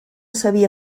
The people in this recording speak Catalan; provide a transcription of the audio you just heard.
sabia